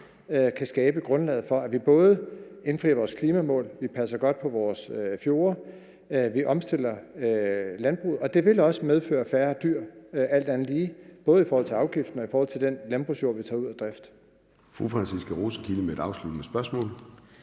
kan skabe grundlaget for, at vi både indfrier vores klimamål, passer godt på vores fjorde og omstiller landbruget. Det vil også medføre færre dyr alt andet lige, både i forhold til afgiften og i forhold til den landbrugsjord, vi tager ud af drift.